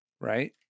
right